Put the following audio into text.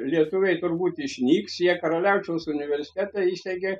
lietuviai turbūt išnyks jie karaliaučiaus universitete įsteigė